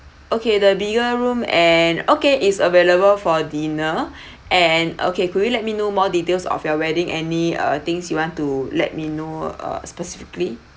okay the bigger room and okay is available for dinner and okay could you let me know more details of your wedding any uh things you want to let me know uh specifically